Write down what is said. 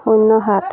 শূন্য সাত